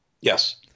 yes